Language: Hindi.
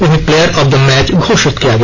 उन्हें प्लेयर ऑफ द मैच घोषित किया गया